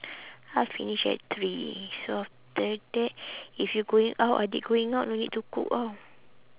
I finish at three so after that if you going out adik going out no need to cook ah